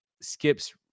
skips